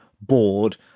bored